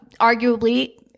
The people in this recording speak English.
arguably